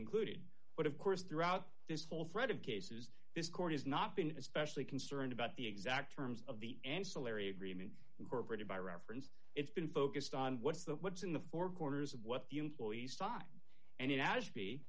included but of course throughout this whole thread of cases this court has not been especially concerned about the exact terms of the ancillary agreement incorporated by reference it's been focused on what's the what's in the four corners of what the employees time and in as